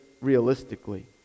realistically